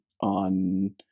on